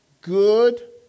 good